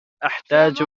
أحتاج